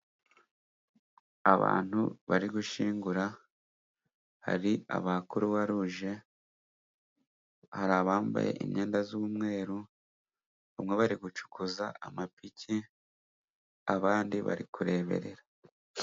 Abantu bari gushyingura. Hari Abakuruwaruje, hari abambaye imyenda y'umweru, bamwe bari gucukuza amapiki, abandi bari kureberera.